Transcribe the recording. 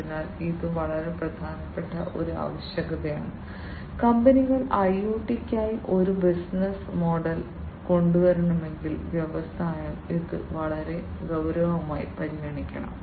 അതിനാൽ ഇത് വളരെ പ്രധാനപ്പെട്ട ഒരു ആവശ്യകതയാണ് കമ്പനികൾ IoT യ്ക്കായി ഒരു ബിസിനസ്സ് മോഡൽ കൊണ്ടുവരണമെങ്കിൽ വ്യവസായം ഇത് വളരെ ഗൌരവമായി പരിഗണിക്കണം